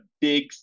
big